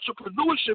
entrepreneurship